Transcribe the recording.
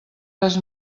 res